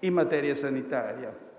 in materia sanitaria.